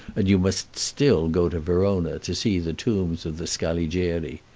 and you must still go to verona to see the tombs of the scaligeri.